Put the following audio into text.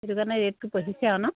সেইটো কাৰণে ৰেটটো বাঢ়িছে আৰু ন